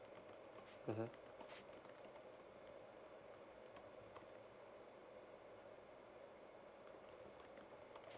mmhmm